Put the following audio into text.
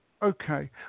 Okay